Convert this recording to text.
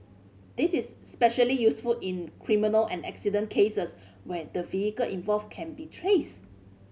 this is especially useful in criminal and accident cases where the vehicle involved can be traced